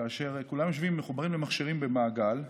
כולם יושבים מחוברים למחשבים במעגל,